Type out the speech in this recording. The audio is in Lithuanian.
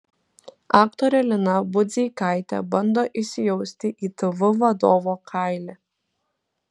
aktorė lina budzeikaitė bando įsijausti į tv vadovo kailį